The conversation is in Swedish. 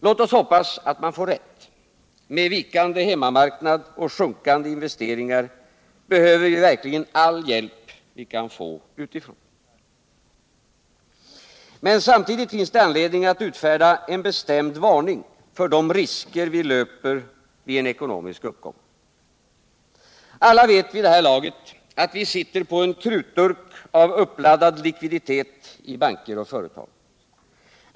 Låt oss hoppas att man får rätt. Med vikande hemmamarknad och sjunkande investeringar behöver vi verkligen all hjälp vi kan få utifrån. Men samtidigt finns det anledning att utfärda en bestämd varning för de risker vi löper vid en ekonomisk uppgång. Alla vet vid det här laget att vi sitter på en krutdurk av uppladdad likviditet i banker och företag.